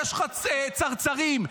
יש לך צרצרים.